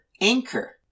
anchor